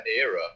era